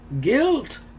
guilt